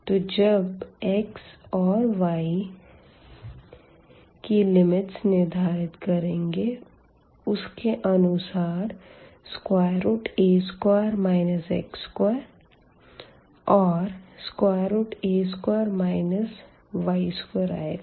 तो जब x or y की लिमिट निर्धारित करेंगे उस के अनुसार a2 x2 and a2 y2 आएगा